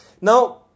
Now